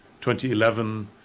2011